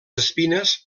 espines